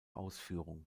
ausführung